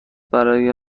برای